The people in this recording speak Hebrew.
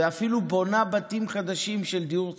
ואפילו בונה בתים חדשים של דיור ציבורי,